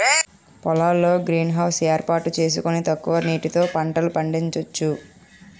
పొలాల్లో greenhouse ఏర్పాటు సేసుకొని తక్కువ నీటితో పంటలు పండించొచ్చు